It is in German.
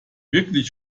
wirklich